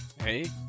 Hey